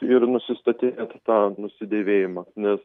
ir nusistatinėt tą nusidėvėjimą nes